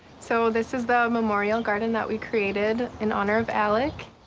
so this is the memorial garden that we created in honor of alec.